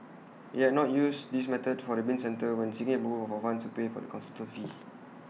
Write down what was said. IT had not used this method for the bin centre when seeking approval for funds to pay the consultancy fee